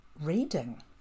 Reading